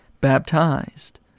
baptized